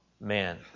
man